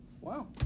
Wow